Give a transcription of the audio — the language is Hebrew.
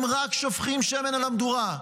הם רק שופכים שמן על המדורה.